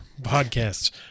podcasts